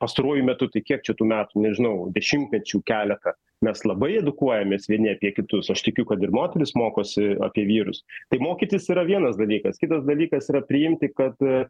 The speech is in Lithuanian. pastaruoju metu tai kiek čia tų metų nežinau dešimtmečių keleta mes labai edukuojamės vieni apie kitus aš tikiu kad ir moterys mokosi apie vyrus tai mokytis yra vienas dalykas kitas dalykas yra priimti kad